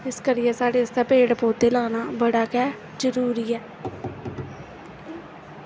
इस करियै साढ़े आस्तै पेड़ पौधे लाना बड़ा गै जरूरी ऐ